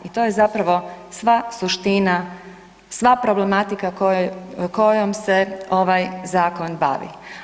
A to je zapravo sva suština, sva problematika kojom se ovaj zakon bavi.